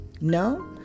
No